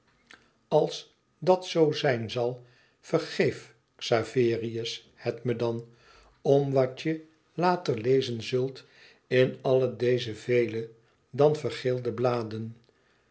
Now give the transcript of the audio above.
als dat zoo zijn zal vergeef xaverius het me dan om wat je later lezen zult in alle deze vele dan vergeelde bladen